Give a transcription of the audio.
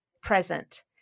present